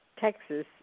Texas